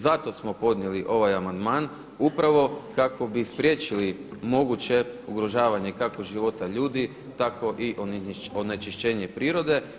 Zato smo podnijeli ovaj amandman upravo kako bi spriječili moguće ugrožavanje kako života ljudi tako i onečišćenje prirode.